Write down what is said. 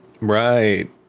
right